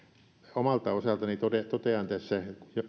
omalta osaltani totean tässä